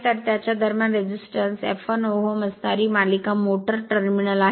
तर त्याच्या दरम्यान रेझीझन्ट F1 Ω असणारी मालिका मोटर टर्मिनल आहे